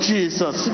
Jesus